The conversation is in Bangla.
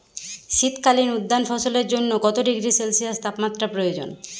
শীত কালীন উদ্যান ফসলের জন্য কত ডিগ্রী সেলসিয়াস তাপমাত্রা প্রয়োজন?